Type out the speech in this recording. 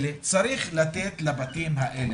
צריך לתת לבתים האלה.